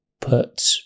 put